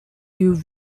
you